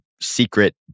secret